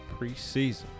preseason